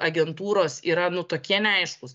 agentūros yra nu tokie neaiškūs